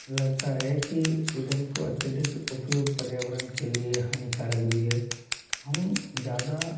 लगता है कि ईधन को अत्यधिक उपयोग पर्यावरण के लिए हानिकारक भी है हम ज़्यादा